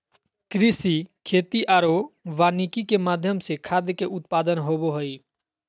कृषि, खेती आरो वानिकी के माध्यम से खाद्य के उत्पादन होबो हइ